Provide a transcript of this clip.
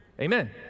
Amen